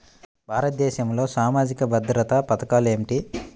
భారతదేశంలో సామాజిక భద్రతా పథకాలు ఏమిటీ?